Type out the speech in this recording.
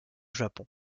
japon